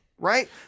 right